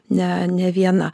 ne ne viena